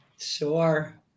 sure